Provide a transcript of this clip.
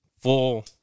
full